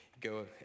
Go